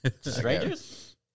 Strangers